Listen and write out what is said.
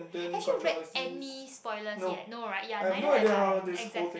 actually read any spoilers yet no right neither have I exactly